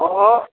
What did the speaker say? अहँ